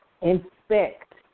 inspect